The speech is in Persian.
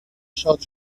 شاد